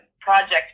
project